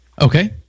Okay